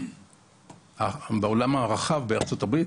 בעולם הרחב הארה"ב,